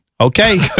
Okay